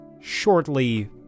Shortly